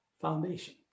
foundation